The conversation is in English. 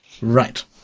Right